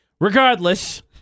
Regardless